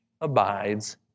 abides